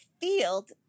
field